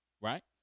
right